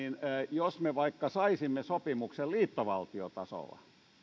jos me vaikka saisimme sopimuksen liittovaltiotasolla